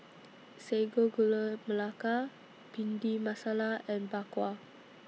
Sago Gula Melaka Bhindi Masala and Bak Kwa